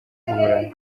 burayi